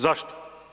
Zašto?